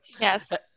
Yes